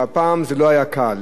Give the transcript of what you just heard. שהפעם זה לא היה קל.